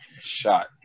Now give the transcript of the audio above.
shot